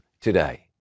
today